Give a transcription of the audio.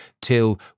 till